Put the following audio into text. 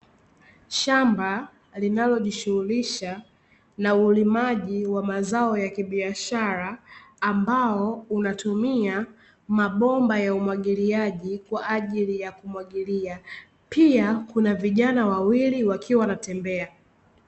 Shamba linalojishughulisha na ulimaji wa mazao ya kibiashara ambao unatumia mabomba ya umwagiliaji kwa ajili ya kumwagilia, Pia kuna vijana wawili wakiwa wanatembea.